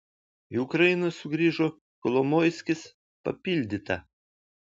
į ukrainą sugrįžo kolomoiskis papildyta